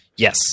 Yes